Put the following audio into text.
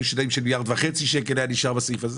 היו שנים שמיליארד וחצי שקל היה נשאר בסעיף הזה.